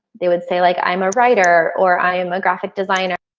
they would say like i'm a writer or i am a graphic designer.